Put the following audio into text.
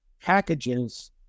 packages